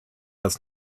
das